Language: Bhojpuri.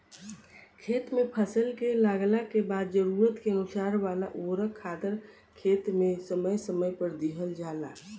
खेत में फसल के लागला के बाद जरूरत के अनुसार वाला उर्वरक खादर खेत में समय समय पर दिहल जाला